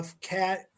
Cat